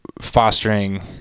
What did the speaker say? fostering